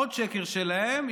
עוד שקר שלהם,